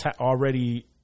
already